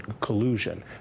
collusion